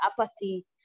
apathy